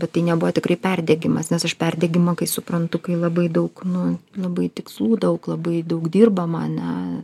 bet tai nebuvo tikrai perdegimas nes aš perdegimą kai suprantu kai labai daug nu labai tikslų daug labai daug dirbama ane